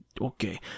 okay